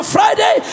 Friday